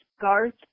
Garth